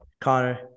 Connor